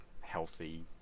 healthy